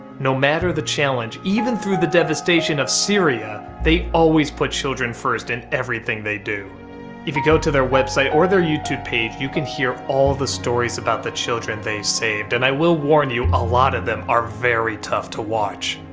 no matter the challenge, even through the devastation of syria, they always put children first in everything they do. if you go to their website or their youtube page, you can hear all the stories about the children they saved. and i will warn you, a lot of them are very tough to watch.